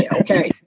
Okay